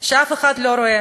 שאף אחד לא רואה,